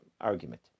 argument